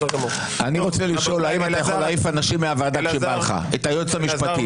אני רוצה לשאול את היועץ המשפטי,